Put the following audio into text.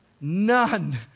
None